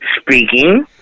Speaking